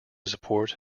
support